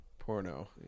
Porno